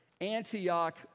Antioch